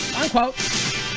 unquote